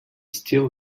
still